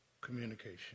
communication